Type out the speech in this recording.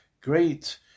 Great